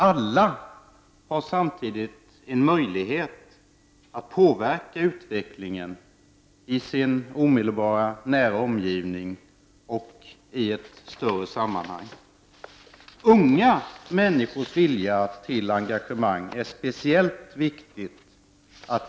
Alla har samtidigt möjlighet att påverka utvecklingen i sin omedelbara nära omgivning och i ett större sammanhang. Det är framför allt viktigt att vi tar till vara unga människors vilja till engagemang.